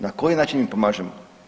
Na koji način im pomažemo?